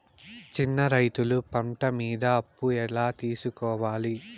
చిన్న రైతులు పంట మీద అప్పు ఎలా తీసుకోవాలి?